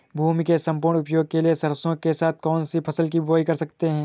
भूमि के सम्पूर्ण उपयोग के लिए सरसो के साथ कौन सी फसल की बुआई कर सकते हैं?